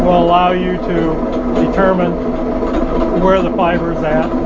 will aloww you to determine where the fiber is